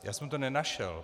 Já jsem to nenašel.